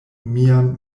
mian